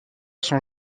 sont